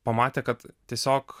pamatė kad tiesiog